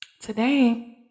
Today